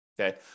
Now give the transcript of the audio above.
Okay